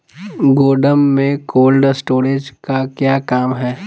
गोडम में cold storage का क्या काम है?